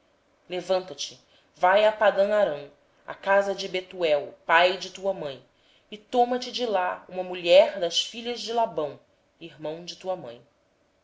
levanta-te vai a padã arã à casa de betuel pai de tua mãe e toma de lá uma mulher dentre as filhas de labão irmão de tua mãe